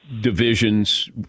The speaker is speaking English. divisions